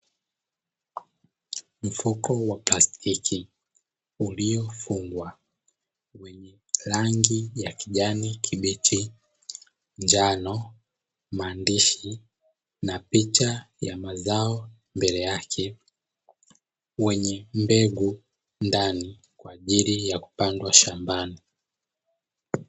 Mfuko wa plastiki ulio fungwa wenye rangi ya kijani kibichi, njano, maandishi na picha ya mazao mbele yake wenye mbegu ndani kwa ajili ya kupandwa shambani.